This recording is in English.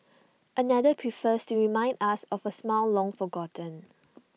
another prefers to remind us of A simile long forgotten